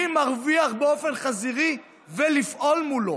מי מרוויח באופן חזירי, ולפעול מולו.